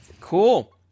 Cool